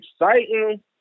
exciting